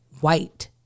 white